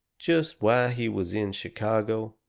just why he was in chicago?